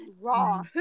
raw